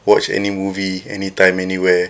watch any movie anytime anywhere